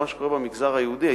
למה שקורה במגזר היהודי,